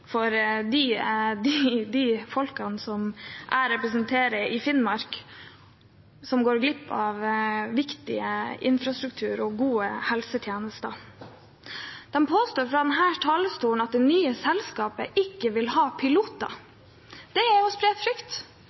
for de folkene som jeg representerer i Finnmark, som går glipp av viktig infrastruktur og gode helsetjenester. De påstår fra denne talerstolen at det nye selskapet ikke vil ha piloter. Det er å spre frykt.